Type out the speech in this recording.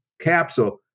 capsule